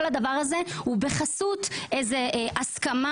כל הדבר הזה הוא בחסות איזו הסכמה